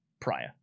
prior